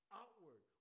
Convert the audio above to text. outward